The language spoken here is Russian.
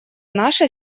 наша